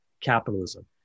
capitalism